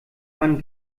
man